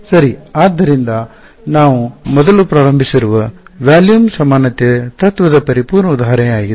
ಸರಿ ಆದ್ದರಿಂದ ನಾವು ಮೊದಲೇ ಪ್ರಾರಂಭಿಸಿರುವ ಪರಿಮಾಣ ಸಮಾನತೆಯ ತತ್ತ್ವದ ಪರಿಪೂರ್ಣ ಉದಾಹರಣೆಯಾಗಿದೆ